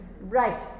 right